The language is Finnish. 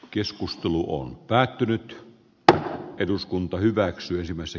keskusteluun päättynyt että eduskunta hyväksyisimme se